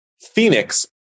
Phoenix